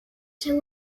seu